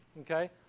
Okay